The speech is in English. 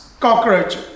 cockroach